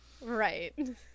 Right